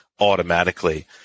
automatically